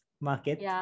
market